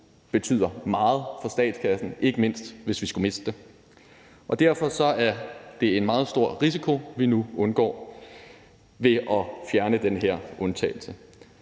betyder meget for statskassen, ikke mindst hvis vi skulle miste det. Derfor er det en meget stor risiko, vi nu undgår ved at fjerne den her undtagelse.